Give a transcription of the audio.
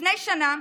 לפני שנה,